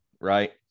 right